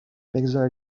بگذار